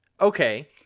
okay